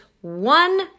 One